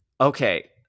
okay